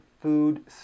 food